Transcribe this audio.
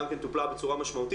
גם כן טופלה בצורה משמעותית.